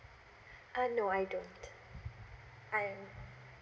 uh no I don't I'm